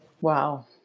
Wow